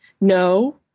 No